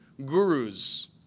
gurus